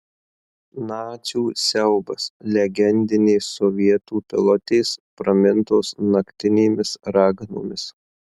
nacių siaubas legendinės sovietų pilotės pramintos naktinėmis raganomis